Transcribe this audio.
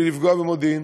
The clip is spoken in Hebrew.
בלי לפגוע במודיעין,